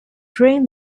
during